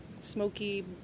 smoky